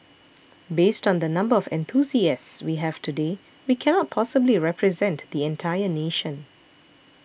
based on the number of enthusiasts we have today we cannot possibly represent the entire nation